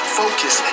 focus